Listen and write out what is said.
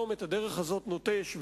היום את הדרך הזאת נוטש,